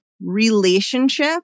relationship